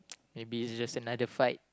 maybe it's just another fight